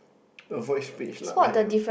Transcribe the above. avoid speech lah I am